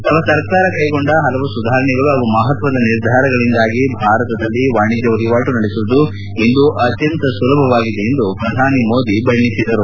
ತಮ್ಮ ಸರ್ಕಾರ ಕೈಗೊಂಡ ಹಲವು ಸುಧಾರಣೆಗಳು ಹಾಗೂ ಮಹತ್ವದ ನಿರ್ಧಾರಗಳಿಂದಾಗಿ ಭಾರತದಲ್ಲಿ ವಾಣಿಜ್ಯ ವಹಿವಾಟು ನಡೆಸುವುದು ಇಂದು ಅತ್ಯಂತ ಸುಲಭವಾಗಿದೆ ಎಂದು ಪ್ರಧಾನಮಂತ್ರಿ ನರೇಂದ್ರ ಮೋದಿ ತಿಳಿಸಿದರು